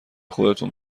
خودتون